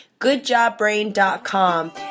goodjobbrain.com